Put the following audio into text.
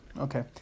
okay